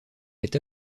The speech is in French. est